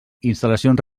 instal·lacions